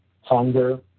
hunger